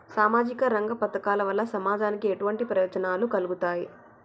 సామాజిక రంగ పథకాల వల్ల సమాజానికి ఎటువంటి ప్రయోజనాలు కలుగుతాయి?